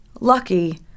lucky